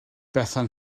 bethan